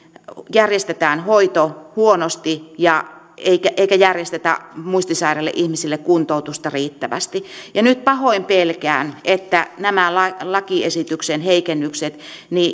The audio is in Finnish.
järjestetään hoito huonosti eikä järjestetä muistisairaille ihmisille kuntoutusta riittävästi ja nyt pahoin pelkään että nämä lakiesityksen heikennykset